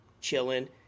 chilling